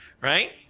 right